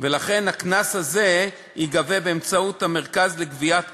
ולכן הקנס הזה ייגבה באמצעות המרכז לגביית קנסות.